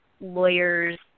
lawyers